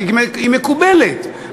כי היא מקובלת,